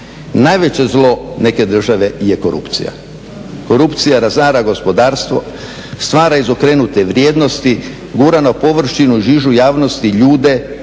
Najveće zlo neke države je korupcija. Korupcija razara gospodarstva, stvara izokrenute vrijednosti, gura na površinu u žižu javnosti ljude,